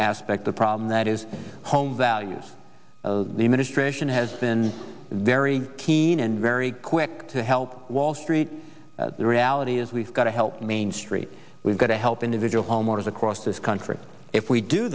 aspect the problem that is home values of the administration has been very keen and very quick to help wall street the reality is we've got to help main street we've got to help individual homeowners across this country if we do